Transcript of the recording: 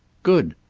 good.